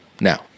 Now